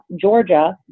Georgia